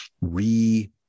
re-